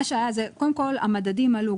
מה שהיה זה שהמדדים עלו,